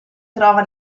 trova